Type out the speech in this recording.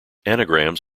anagrams